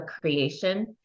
creation